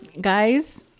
guys